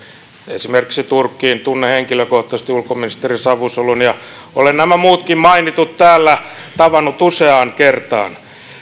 esimerkiksi turkkiin tunnen henkilökohtaisesti ulkoministeri cavusoglun ja olen nämä muutkin täällä mainitut tavannut useaan kertaan